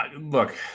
Look